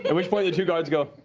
and which point the two guards go